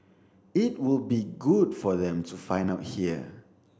it would be good for them to find out here